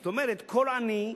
זאת אומרת, כל עני,